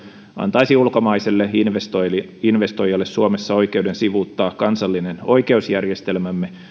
antaisi ulkomaiselle investoijalle investoijalle suomessa oikeuden sivuuttaa kansallinen oikeusjärjestelmämme